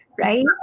right